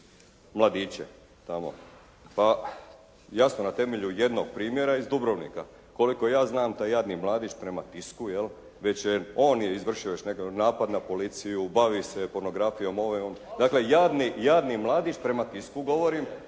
mladiće tamo. Pa jasno, na temelju jednog primjera iz Dubrovnika. Koliko ja znam taj jadni mladić prema tisku, je li, on je izvršio još neki napad na policiju, bavi se pornografijom, dakle jadni mladić, prema tisku govorim,